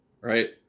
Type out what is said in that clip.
right